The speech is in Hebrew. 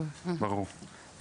ברור.